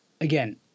Again